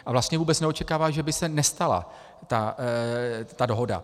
A vlastně vůbec neočekává, že by se nestala ta dohoda.